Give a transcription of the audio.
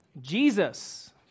Jesus